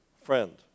friend